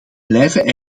blijven